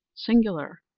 singular!